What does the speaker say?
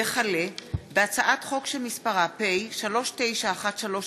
וכלה בהצעת חוק פ/3913/20,